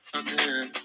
again